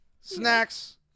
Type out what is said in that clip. snacks